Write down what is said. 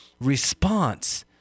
response